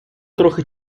трохи